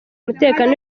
umutekano